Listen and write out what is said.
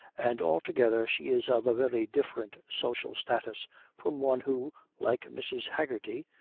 and altogether she is of a very different social status from one who, like mrs. haggerty,